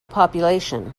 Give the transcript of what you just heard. population